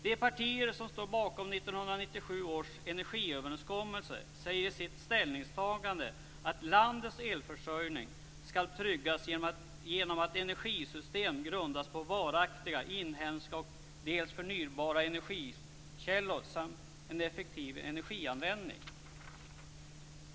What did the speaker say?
De partier som står bakom 1997 års energiöverenskommelse säger i sitt ställningstagande att landets elförsörjning skall tryggas genom att energisystem grundas på varaktiga, inhemska och förnybara energikällor samt en effektiv energianvändning.